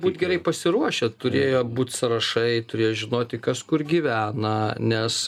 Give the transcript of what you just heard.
būt gerai pasiruošę turėjo būt sąrašai turėjo žinoti kas kur gyvena nes